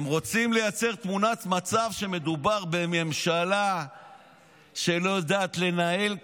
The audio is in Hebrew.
הם רוצים לייצר תמונת מצב שמדובר בממשלה שלא יודעת לנהל כלום,